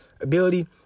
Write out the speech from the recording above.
ability